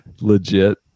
Legit